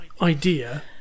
idea